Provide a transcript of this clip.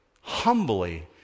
humbly